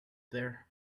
there